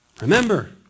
Remember